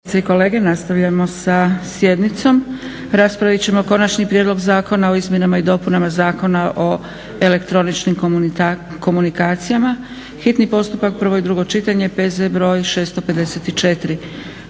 kolege nastavljamo sa sjednicom. Raspravit ćemo 4. Prijedlog zakona o izmjenama i dopunama Zakona o elektroničkim komunikacijama, s konačnim prijedlogom zakona,